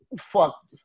Fuck